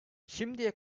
şimdiye